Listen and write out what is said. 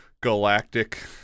galactic